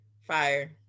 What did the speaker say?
fire